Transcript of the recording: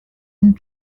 and